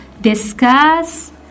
discuss